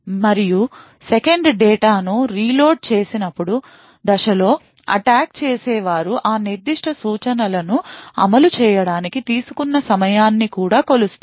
మరియు 2nd data ను reload చేసినప్పుడు దశలో అటాక్ చేసే వారు ఆ నిర్దిష్ట సూచనలను అమలు చేయడానికి తీసుకున్న సమయాన్ని కూడా కొలుస్తారు